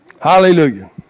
Hallelujah